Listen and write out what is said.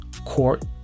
court